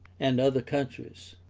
and other countries.